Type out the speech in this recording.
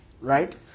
Right